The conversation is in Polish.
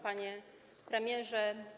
Panie Premierze!